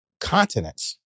continents